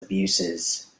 abuses